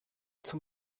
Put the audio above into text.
zum